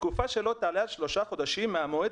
תקופה שלא תעלה על שלושה חודשים מהמועד